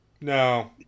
No